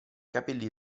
capelli